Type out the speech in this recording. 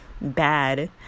bad